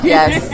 Yes